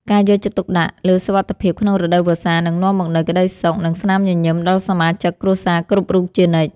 ការយកចិត្តទុកដាក់លើសុវត្ថិភាពក្នុងរដូវវស្សានឹងនាំមកនូវក្តីសុខ និងស្នាមញញឹមដល់សមាជិកគ្រួសារគ្រប់រូបជានិច្ច។